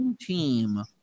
team